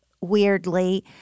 weirdly